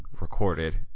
recorded